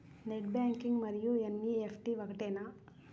Net banking మరియు NEFT ఒకటేనా?